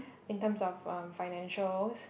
in terms of um financials